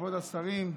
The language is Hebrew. כבוד השרים,